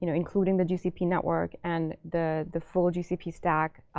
you know including the gcp network and the the full gcp stack,